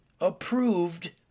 approved